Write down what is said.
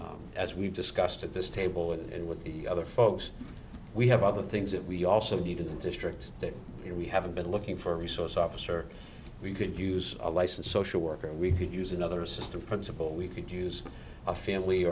well as we've discussed at this table with and with the other folks we have other things that we also need to district that we haven't been looking for a resource officer we could use a licensed social worker we could use another assistant principal we could use a family